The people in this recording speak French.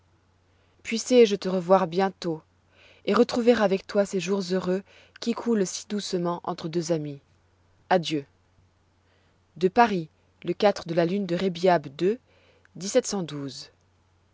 puissé-je te revoir bientôt et retrouver avec toi ces jours heureux qui coulent si doucement entre deux amis adieu de paris le de la lune de rebiab